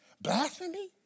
blasphemy